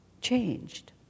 changed